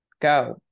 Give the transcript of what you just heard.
Go